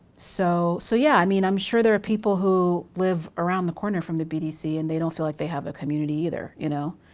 so so, yeah, i mean i'm sure there are people who live around the corner from the bdc and they don't feel like they have a community either, you know.